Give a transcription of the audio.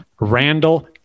Randall